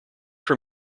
from